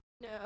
No